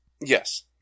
Yes